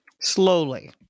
slowly